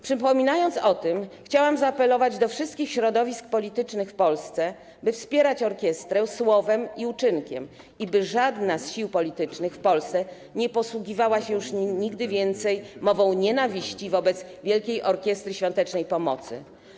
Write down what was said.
Przypominając o tym, chciałam zaapelować do wszystkich środowisk politycznych w Polsce, by wspierać orkiestrę słowem i uczynkiem i by żadna z sił politycznych w Polsce nie posługiwała się już nigdy więcej mową nienawiści wobec Wielkiej Orkiestry Świątecznej Pomocy.